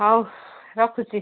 ହଉ ରଖୁଛି